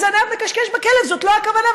הזנב מכשכש בכלב, וזאת לא הכוונה.